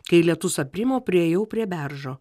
kai lietus aprimo priėjau prie beržo